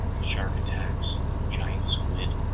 shark attacks, giant squid,